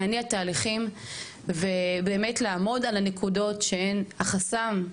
להניע עוד תהליכים ולעמוד על הנקודות שהן החסם,